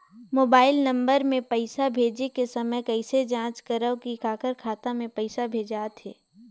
Mobile number मे पइसा भेजे समय कइसे जांच करव की काकर खाता मे पइसा भेजात हे?